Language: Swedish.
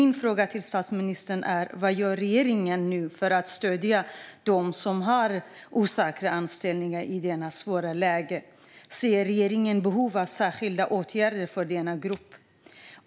Min fråga till statsministern är: Vad gör regeringen för att stödja dem som har osäkra anställningar i detta svåra läge? Ser regeringen behov av särskilda åtgärder för denna grupp?